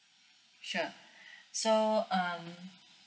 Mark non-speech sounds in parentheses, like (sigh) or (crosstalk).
sure (breath) so um